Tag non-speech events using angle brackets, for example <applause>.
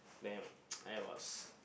then <noise> I was